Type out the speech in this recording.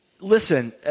listen